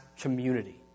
community